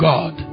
God